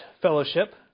fellowship